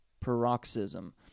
Paroxysm